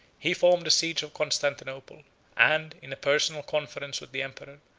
he formed the siege of constantinople and, in a personal conference with the emperor,